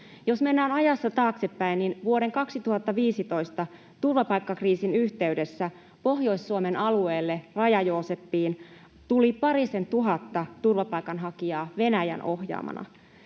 Jos mennään ajassa taaksepäin, niin vuoden 2015 turvapaikkakriisin yhteydessä Pohjois-Suomen alueelle Raja-Jooseppiin tuli parisentuhatta turvapaikanhakijaa Venäjän ohjaamana.